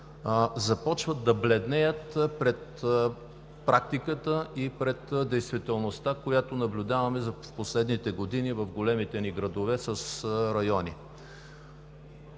започват да бледнеят пред практиката и пред действителността, която наблюдаваме през последните години в големите ни градове с райони.